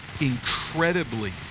incredibly